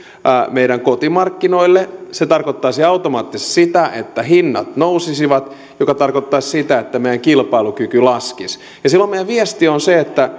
meidän kotimarkkinoillemme se tarkoittaisi automaattisesti sitä että hinnat nousisivat mikä tarkoittaisi sitä että meidän kilpailukykymme laskisi ja silloin meidän viestimme on se että